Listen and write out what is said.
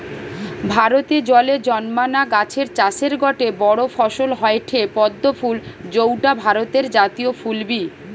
ভারতে জলে জন্মানা গাছের চাষের গটে বড় ফসল হয়ঠে পদ্ম ফুল যৌটা ভারতের জাতীয় ফুল বি